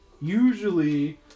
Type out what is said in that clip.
Usually